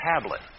tablet